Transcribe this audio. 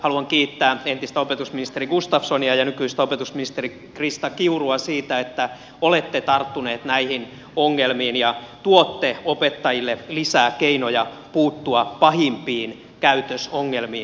haluan kiittää entistä opetusministeriä gustafssonia ja nykyistä opetusministeriä krista kiurua siitä että olette tarttuneet näihin ongelmiin ja tuotte opettajille lisää keinoja puuttua pahimpiin käytösongelmiin kouluissa